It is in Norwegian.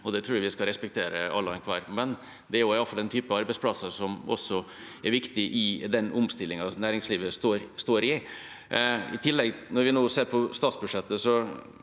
det tror jeg vi skal respektere, alle og enhver. Men det er iallfall en type arbeidsplasser som også er viktig i den omstillingen som næringslivet står i. I tillegg, når vi nå ser på statsbudsjettet,